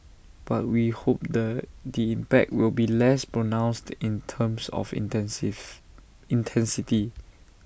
but we hope the the impact will be less pronounced in terms of intensive intensity